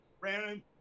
Brandon